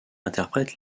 interprète